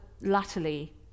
latterly